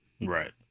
Right